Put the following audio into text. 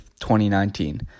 2019